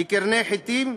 בקרני-חיטין,